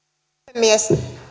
puhemies